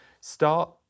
start